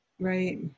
Right